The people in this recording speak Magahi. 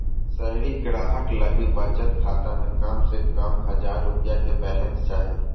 शहरी ग्राहक लगी बचत खाता में कम से कम हजार रुपया के बैलेंस चाही